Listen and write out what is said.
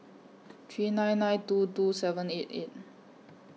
three nine nine two two seven eight eight